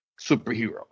superhero